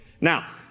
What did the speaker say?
Now